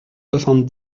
soixante